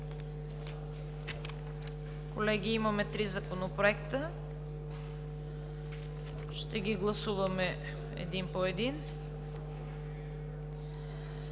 Колеги, имаме три законопроекта. Ще ги гласуваме един по един.